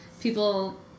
People